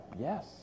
yes